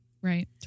Right